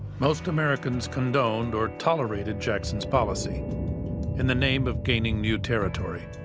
most americans condoned or tolerated jackson's policy in the name of gaining new territory,